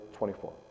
24